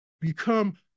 become